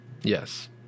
Yes